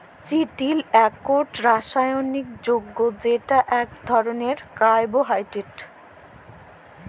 চিটিল ইকট রাসায়লিক যগ্য যেট ইক ধরলের কার্বোহাইড্রেট